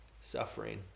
suffering